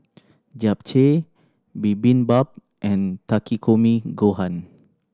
Japchae Bibimbap and Takikomi Gohan